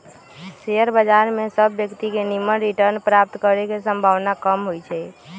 share बजार में सभ व्यक्तिय के निम्मन रिटर्न प्राप्त करे के संभावना कम होइ छइ